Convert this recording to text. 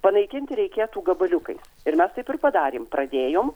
panaikinti reikėtų gabaliukais ir mes taip ir padarėm pradėjom